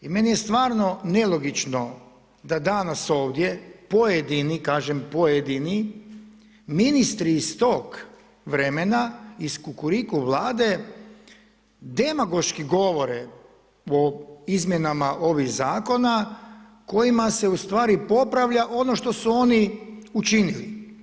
I meni je stvarno nelogično, da danas ovdje, pojedini, kažem pojedini, ministri iz tog vremena, iz kukuriku vlade, demagoški govore o izmjenama ovih zakona, kojima se ustvari popravlja ono što su oni učinili.